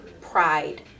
pride